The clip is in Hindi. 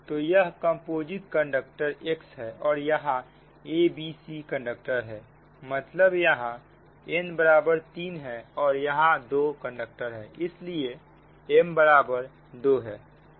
तो यह कम्पोजिट कंडक्टर x है और यहां abc कंडक्टर है मतलब यहां n बराबर 3 है और यहां 2 कंडक्टर है इसलिए m बराबर 2 है